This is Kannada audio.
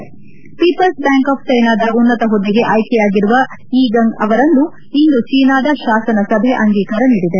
ಪೀಪಲ್ಸ್ ಬ್ಯಾಂಕ್ ಆಫ್ ಚೈನಾದ ಉನ್ನತ ಹುದ್ದೆಗೆ ಆಯ್ಕೆಯಾಗಿರುವ ಯೀ ಗಂಗ್ ಅವರನ್ನು ಇಂದು ಚೀನಾದ ಶಾಸನ ಸಭೆ ಅಂಗೀಕಾರ ನೀಡಿದೆ